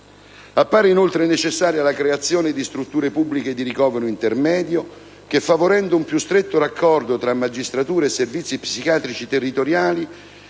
Appare, inoltre, necessaria la creazione di strutture pubbliche di ricovero intermedio che, favorendo un più stretto raccordo tra magistratura e servizi psichiatrici territoriali,